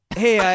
hey